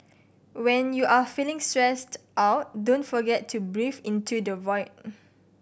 when you are feeling stressed out don't forget to breathe into the void